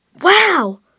Wow